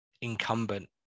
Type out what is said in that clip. incumbent